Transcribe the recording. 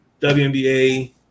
WNBA